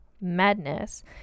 madness